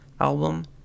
album